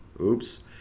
Oops